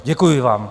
Děkuji vám.